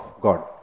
God